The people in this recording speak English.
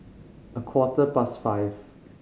a quarter past five